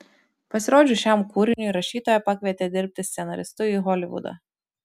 pasirodžius šiam kūriniui rašytoją pakvietė dirbti scenaristu į holivudą